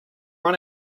run